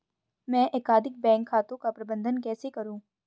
मैं एकाधिक बैंक खातों का प्रबंधन कैसे करूँ?